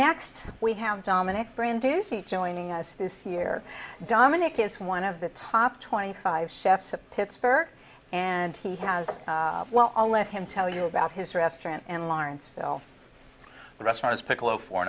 next we have dominick brand do you see joining us this year dominick is one of the top twenty five chefs a pittsburgh and he has well i'll let him tell you about his restaurant and lawrenceville restaurant's piccolo for